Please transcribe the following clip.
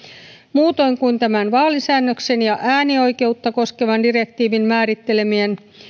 muutoin kuin tämän vaalisäädöksen ja äänioikeutta koskevan direktiivin määrittelemien